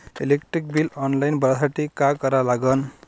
Electric bill online भरासाठी का करा लागन?